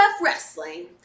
wrestling